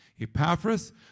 Epaphras